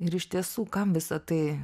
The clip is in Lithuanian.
ir iš tiesų kam visa tai